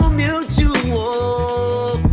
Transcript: mutual